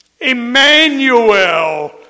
Emmanuel